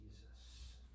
Jesus